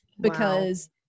because-